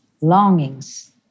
longings